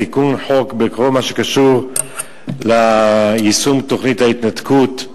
תיקון חוק בכל מה שקשור ליישום תוכנית ההתנתקות,